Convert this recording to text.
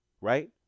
Right